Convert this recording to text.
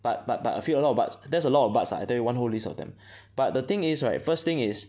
but but but a few a lot of buts that's a lot of buts ah I tell you one whole list of them but the thing is right first thing is